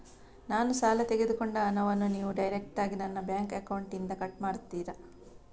ನಾನು ಸಾಲ ತೆಗೆದುಕೊಂಡ ಹಣವನ್ನು ನೀವು ಡೈರೆಕ್ಟಾಗಿ ನನ್ನ ಬ್ಯಾಂಕ್ ಅಕೌಂಟ್ ಇಂದ ಕಟ್ ಮಾಡ್ತೀರಾ?